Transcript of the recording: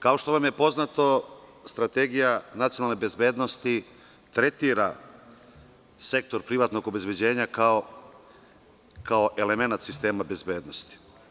Kao što vam je poznato, Strategija nacionalne bezbednosti tretira sektor privatnog obezbeđenja, kao elemente sistema bezbednosti.